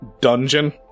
dungeon